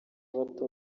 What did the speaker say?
bato